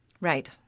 Right